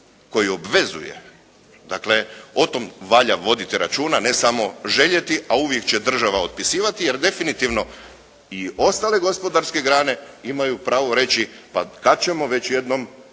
koji obvezuje. Dakle o tome valja voditi računa ne samo željeti, a uvijek će država otpisivati, jer definitivno i ostale gospodarske grane imaju pravo reći pa kada ćemo već jednom